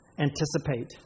anticipate